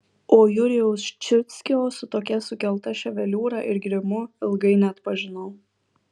o jurijaus ščiuckio su tokia sukelta ševeliūra ir grimu ilgai neatpažinau